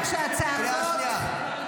כמובן שהצעקות ------ קריאה שנייה.